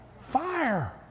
fire